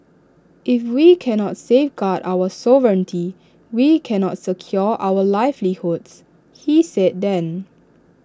if we can not safeguard our sovereignty we can not secure our livelihoods he said then